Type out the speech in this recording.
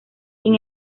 sin